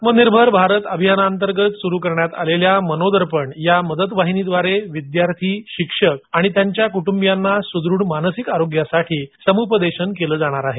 आत्मनिर्भर भारत अभियानांतर्गत सुरु करण्यात आलेल्या मनोदर्पण या मदत वाहिनीद्वारे विद्यार्थी शिक्षक आणि त्यांच्या कुटुंबियांना सुदूढ मानसिक आरोग्यासाठी समुपदेशन केल जाणार आहे